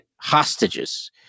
hostages